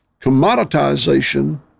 Commoditization